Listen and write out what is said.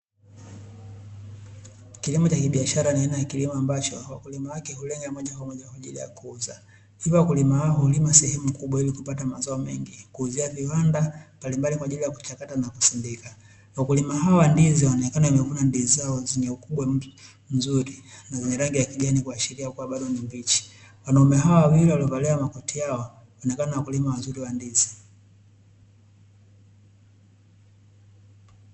Kilimo cha kibiashara ni aina ya kilimo ambacho wakulima wake hulima moja kwa moja kwa ajili ya kuuza, ila wakulima hawa hulima sehemu kubwa ili kupata mazao mengi kuuzia viwandani mbalimbali, kwa ajili ya kuchakata na kusindika wakulima hawa wa ndizi wanaonekana wanavuna ndizi zao kubwa mpya nzuri na zenye rangi ya kijani kuashiria kuwa bado mbichi, wanaume hawa wawili waliovalia makoti yao wanaonekana ni wakulima wazuri wa ndizi.